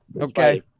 Okay